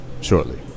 shortly